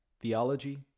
Theology